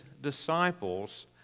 disciples